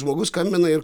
žmogus skambina ir